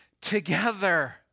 together